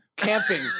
Camping